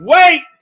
Wait